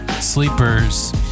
Sleepers